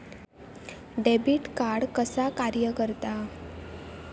Debit card कसा कार्य करता?